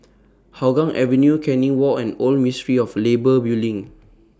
Hougang Avenue Canning Walk and Old Ministry of Labour Building